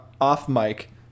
off-mic